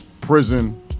prison